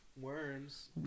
Worms